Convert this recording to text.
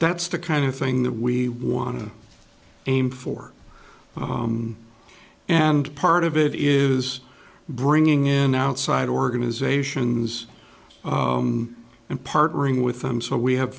that's the kind of thing that we want to aim for and part of it is bringing in outside organizations and partnering with them so we have